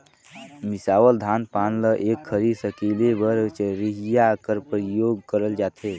मिसावल धान पान ल एक घरी सकेले बर चरहिया कर परियोग करल जाथे